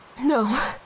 No